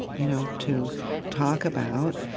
you know, to talk about.